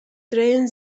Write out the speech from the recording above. drehen